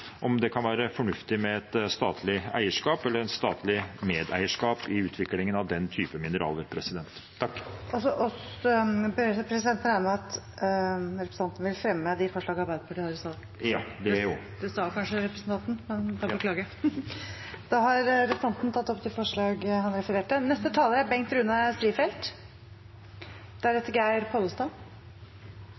om det kan være fornuftig med et statlig eierskap eller et statlig medeierskap i utviklingen av den type mineraler. Jeg tar opp de forslagene Arbeiderpartiet er en del av. Da har representanten Terje Aasland tatt opp de